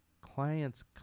client's